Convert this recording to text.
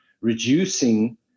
reducing